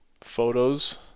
photos